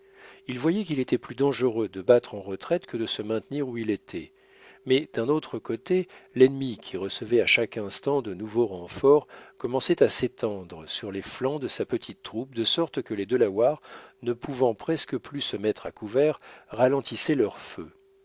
il voyait qu'il était plus dangereux de battre en retraite que de se maintenir où il était mais d'un autre côté l'ennemi qui recevait à chaque instant de nouveaux renforts commençait à s'étendre sur les flancs de sa petite troupe de sorte que les delawares ne pouvant presque plus se mettre à couvert ralentissaient leur feu